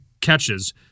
catches